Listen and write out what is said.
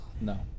No